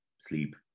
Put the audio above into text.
sleep